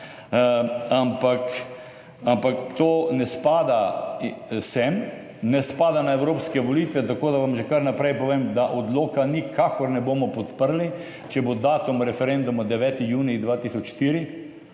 ampak to ne spada sem, ne spada na evropske volitve. Tako da vam že kar vnaprej povem, da odloka nikakor ne bomo podprli, če bo datum referenduma 9. junij 2004(?),